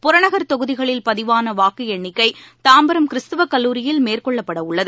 புறநகர் தொகுதிகளில் பதிவான வாக்கு எண்ணிக்கை தாம்பரம் கிறிஸ்துவ கல்லூரியில் மேற்கொள்ளப்படவுள்ளது